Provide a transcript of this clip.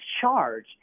charge